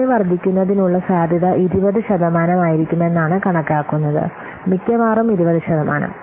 വിപണി വർദ്ധിക്കുന്നതിനുള്ള സാധ്യത 20 ശതമാനമായിരിക്കുമെന്നാണ് കണക്കാക്കുന്നത് മിക്കവാറും 20 ശതമാനം